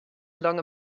along